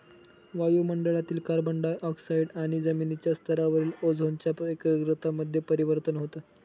वायु मंडळातील carbon dioxide आणि जमिनीच्या स्तरावरील ओझोनच्या एकाग्रता मध्ये परिवर्तन होतं